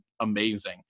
amazing